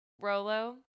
Rolo